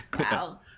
Wow